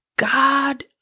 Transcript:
God